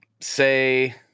say